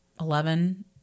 Eleven